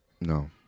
No